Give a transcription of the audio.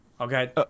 Okay